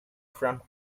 from